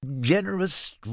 Generous